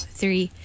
three